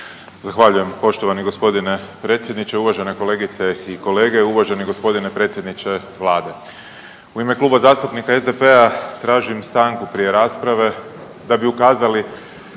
Zahvaljujem poštovani g. predsjedniče. Uvažene kolegice i kolege, uvaženi g. predsjedniče Vlade. U ime Kluba zastupnika SDP-a tražim stanku prije rasprave da bi ukazali